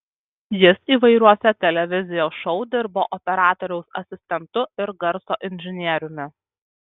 jis įvairiuose televizijos šou dirbo operatoriaus asistentu ir garso inžinieriumi